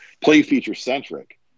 play-feature-centric